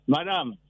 Madame